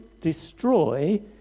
destroy